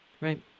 Right